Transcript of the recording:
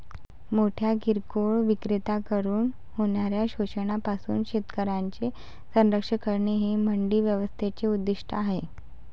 मोठ्या किरकोळ विक्रेत्यांकडून होणाऱ्या शोषणापासून शेतकऱ्यांचे संरक्षण करणे हे मंडी व्यवस्थेचे उद्दिष्ट आहे